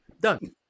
Done